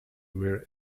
wear